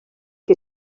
que